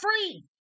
free